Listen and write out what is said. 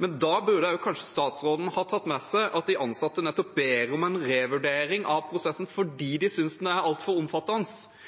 men da burde kanskje statsråden også ha tatt med seg at de ansatte nettopp ber om en revurdering av prosessen fordi de synes den er altfor omfattende.